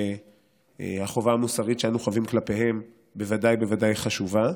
החובה המוסרית שאנו חבים כלפיהם בוודאי ובוודאי חשובה,